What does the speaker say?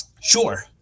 sure